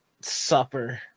supper